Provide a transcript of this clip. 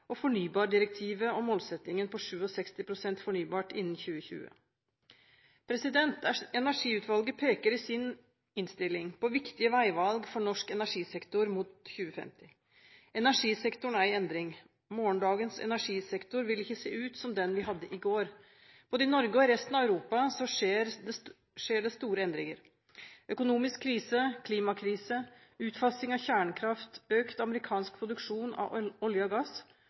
og fornybardirektivet og målsettingen om 67 pst. fornybart innen 2020. Energiutvalget peker i sin innstilling på viktige veivalg for norsk energisektor mot 2050. Energisektoren er i endring. Morgendagens energisektor vil ikke se ut som den vi hadde i går. Både i Norge og i resten av Europa skjer det store endringer. Økonomisk krise, klimakrise, utfasing av kjernekraft, økt amerikansk produksjon av olje og gass